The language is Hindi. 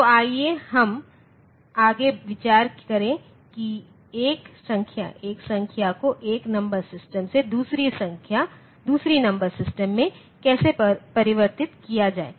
तो आइए हम आगे विचार करें कि एक संख्या एक संख्या को एक नंबर सिस्टम से दूसरी नंबर सिस्टम में कैसे परिवर्तित किया जाए